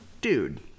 Dude